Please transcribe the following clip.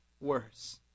worse